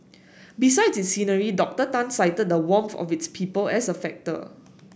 besides its scenery Doctor Tan cited the warmth of its people as a factor